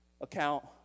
account